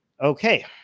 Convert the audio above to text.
Okay